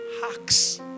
hacks